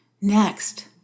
Next